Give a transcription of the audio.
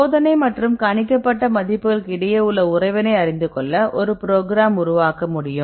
சோதனை மற்றும் கணிக்கப்பட்ட மதிப்புகளுக்கு இடையே உள்ள உறவினை அறிந்துகொள்ள ப்ரோக்ராம் உருவாக்க முடியும்